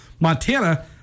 Montana